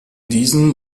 diesen